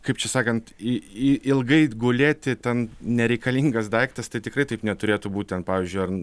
kaip čia sakant i i ilgai gulėti ten nereikalingas daiktas tai tikrai taip neturėtų būti ten pavyzdžiui ar